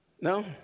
No